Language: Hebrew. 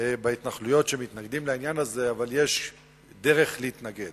בהתנחלויות שמתנגדים לזה, אבל יש דרך להתנגד.